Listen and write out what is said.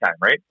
right